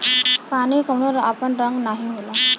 पानी के कउनो आपन रंग नाही होला